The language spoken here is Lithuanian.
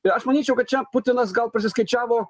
tai aš manyčiau kad čia putinas gal prisiskaičiavo